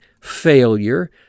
failure